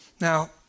Now